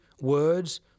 words